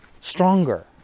stronger